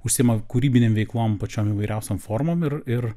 užsiima kūrybinėm veiklom pačiom įvairiausiom formom ir ir